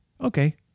Okay